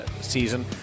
season